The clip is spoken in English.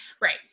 Right